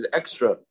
extra